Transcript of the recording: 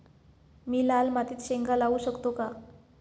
मी लाल मातीत शेंगा लावू शकतो का?